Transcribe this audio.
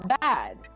bad